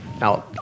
Now